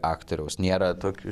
aktoriaus nėra tokių